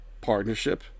partnership